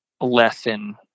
lesson